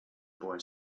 boy